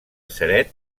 ceret